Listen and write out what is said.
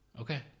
Okay